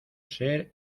ser